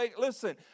Listen